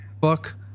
book